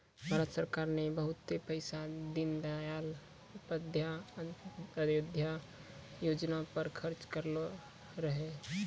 भारत सरकार ने बहुते पैसा दीनदयाल उपाध्याय अंत्योदय योजना पर खर्च करलो रहै